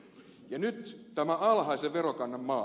nyt on tämä alhaisen verokannan maa